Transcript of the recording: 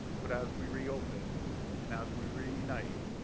but as we reopen and as we reunite,